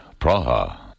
Praha